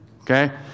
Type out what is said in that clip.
Okay